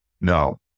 No